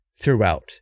throughout